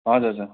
हजुर हजुर